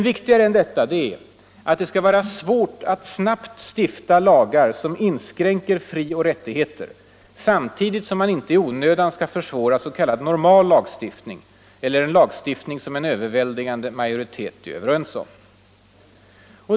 Viktigare än detta är att det skall vara svårt att snabbt stifta lagar som inskränker frioch rättigheterna, samtidigt som man inte i onödan skall försvåra s.k. normal lagstiftning eller en lagstiftning som en överväldigande majoritet är överens om.